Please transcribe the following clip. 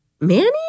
Manny